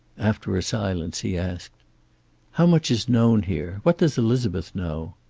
after a silence he asked how much is known here? what does elizabeth know?